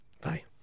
Bye